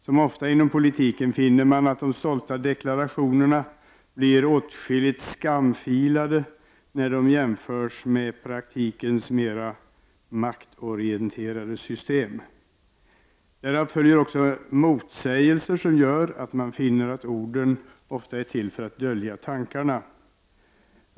Som ofta inom politiken finner man att de stolta deklarationerna blir åtskilligt skamfilade när de jämförs med praktikens mer maktorienterade system. Därav följer också motsägelser, som gör att man finner att orden ofta är till för att dölja tankarna.